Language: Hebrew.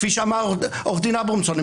כפי שאמר עורך הדין אברמזון,